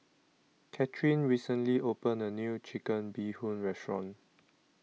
Cathryn recently opened a new Chicken Bee Hoon Restaurant